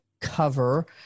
cover